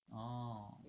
orh